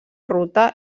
ruta